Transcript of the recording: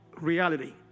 reality